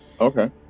Okay